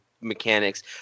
mechanics